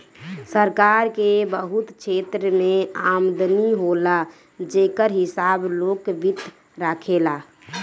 सरकार के बहुत क्षेत्र से आमदनी होला जेकर हिसाब लोक वित्त राखेला